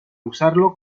usarlo